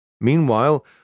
Meanwhile